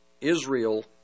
Israel